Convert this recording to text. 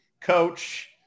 coach